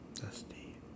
Dusty